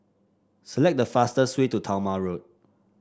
select the fastest way to Talma Road